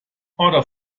other